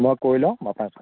মই কৈ লওঁ মই আপোনাক